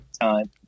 time